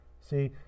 See